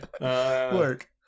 Work